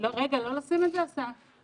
השגחה וויסות של אנשים אפשר ובתוך גן חיות,